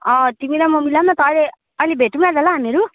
अँ तिमी र म मिलाऊँ न त अहिले अहिले भेटौँ न त ल हामीहरू